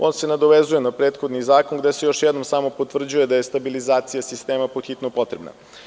On se nadovezuje na prethodni zakon gde se još jednom samo potvrđuje da je stabilizacija sistema podhitno potrebna.